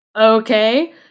okay